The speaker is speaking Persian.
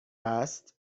است